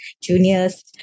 juniors